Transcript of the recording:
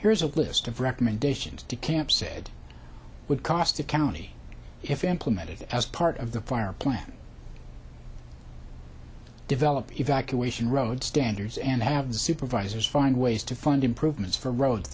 here's a list of recommendations to camp said would cost the county if implemented as part of the fire plan to develop evacuation road standards and have supervisors find ways to fund improvements for roads